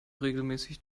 regelmäßig